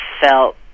felt